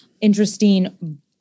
interesting